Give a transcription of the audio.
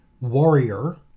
warrior